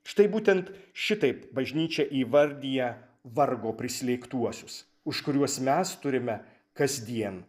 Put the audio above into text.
štai būtent šitaip bažnyčia įvardija vargo prislėgtuosius už kuriuos mes turime kasdien